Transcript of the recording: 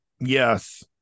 Yes